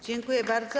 Dziękuję bardzo.